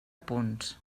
punts